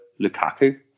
Lukaku